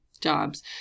jobs